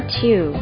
two